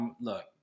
look